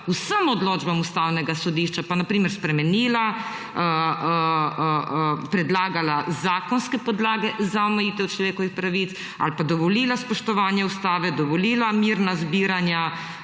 vsem odločbam Ustavnega sodišča pa na primer spremenila, predlagala zakonske podlage za omejitev človekovih pravic ali dovolila spoštovanje ustave, dovolila mirna zbiranja,